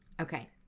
Okay